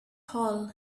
hole